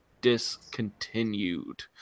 discontinued